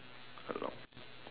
along